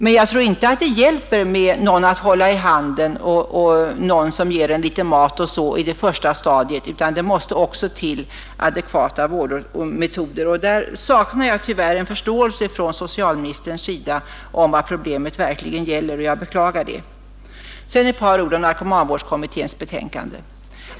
Jag tror däremot inte att det hjälper att de bara har någon att hålla i handen och någon som ger dem litet mat och sådant under det första stadiet, utan det behövs också adekvata vårdmetoder. Därvidlag saknar jag tyvärr förståelse hos socialministern för vad problemet verkligen gäller, och jag beklagar det. Sedan ett par ord om narkomanvårdskommitténs betänkande.